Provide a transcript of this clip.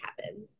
happen